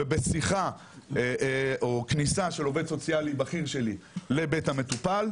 בשיחה או כניסה של עובד סוציאלי בכיר שלי לבית המטופל,